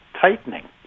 tightening